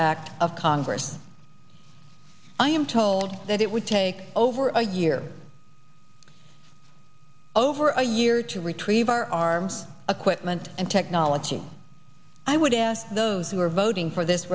act of congress i am told that it would take over a year over a year to retrieve our arms a quick meant and technology i would ask those who are voting for this